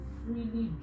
freely